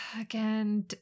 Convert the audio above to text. Again